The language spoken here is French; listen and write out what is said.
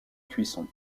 cuisson